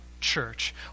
church